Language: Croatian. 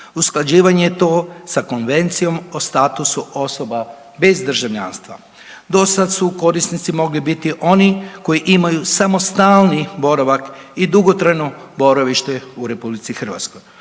Usklađivanje je to sa Konvencijom o statusu osoba bez državljanstva. Dosad su korisnici mogli biti oni koji imaju samo stalni boravak i dugotrajno boravište u RH, no ljudi koji